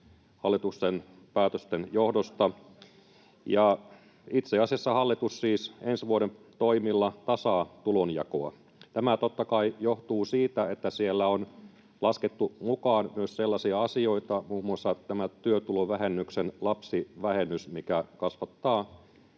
hallituksen päätösten johdosta, ja itse asiassa hallitus siis ensi vuoden toimilla tasaa tulonjakoa. Tämä, totta kai, johtuu siitä, että siellä on laskettu mukaan myös sellaisia asioita, muun muassa tämä työtulovähennyksen lapsivähennys, mikä kasvattaa